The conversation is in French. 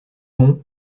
long